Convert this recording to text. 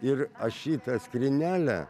ir aš šitą skrynelę